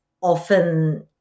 often